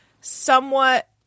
somewhat –